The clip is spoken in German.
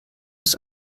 ist